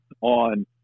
on